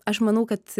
aš manau kad